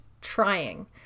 trying